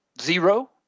Zero